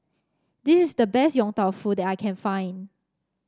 this is the best Yong Tau Foo that I can find